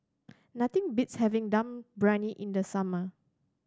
nothing beats having Dum Briyani in the summer